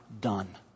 done